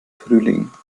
frühling